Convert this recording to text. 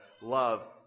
love